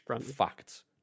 Facts